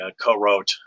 co-wrote